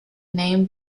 name